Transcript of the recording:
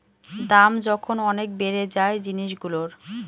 দাম যখন অনেক বেড়ে যায় জিনিসগুলোর